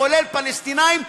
כולל פלסטינים,